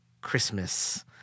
Christmas